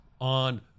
on